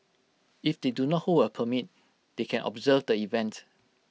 if they do not hold A permit they can observe the event